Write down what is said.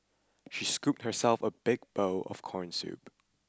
she scooped herself a big bowl of corn soup